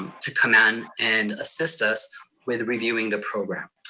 to come in and assist us with reviewing the program.